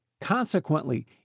consequently